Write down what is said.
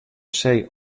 see